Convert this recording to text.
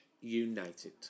united